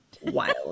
wild